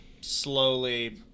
slowly